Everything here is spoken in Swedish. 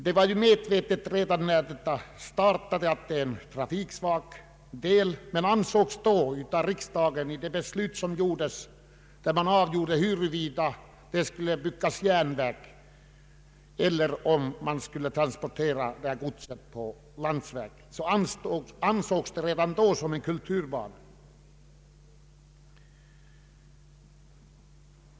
Redan när bandelen kom till var man medveten om att den var trafiksvag, men då riksdagen fattade beslut om huruvida järnväg skulle byggas eller transporterna ske på landsväg ansågs denna bandel som en kulturbana.